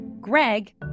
Greg